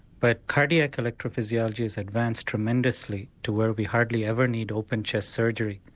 but cardiac electrophysiology has advanced tremendously to where we hardly ever need open chest surgery.